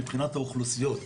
מבחינת האוכלוסיות,